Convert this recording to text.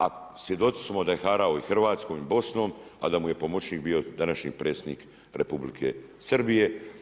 A svjedoci smo da je harao i Hrvatskom i Bosnom a da mu je pomoćnik bio današnji Predsjednik Republike Srbije.